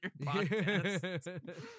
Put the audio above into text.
Podcast